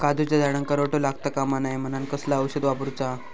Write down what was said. काजूच्या झाडांका रोटो लागता कमा नये म्हनान कसला औषध वापरूचा?